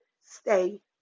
stay